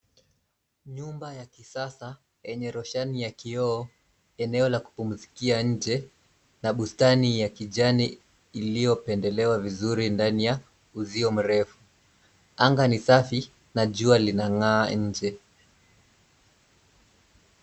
Nyumba ya kisasa yenye roshani ya kioo eneo ya kupumzikia nje na bustani ya kijani iliyopendelewa vizuri ndani ya uzio mrefu. Anga ni safi na jua linang'aa nje.